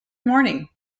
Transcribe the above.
morning